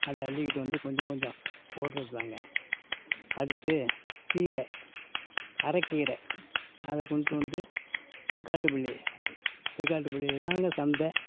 அதை அள்ளிக்கிட்டு வந்து கொஞ்ச கொஞ்சம் போடுறதுதாங்க அடுத்து கீரை அரைக்கீர அதை கொண்டுட்டு வந்து திருகாட்டுப்பள்ளி திருகாட்டுப்பள்ளியில்தாங்க சந்தை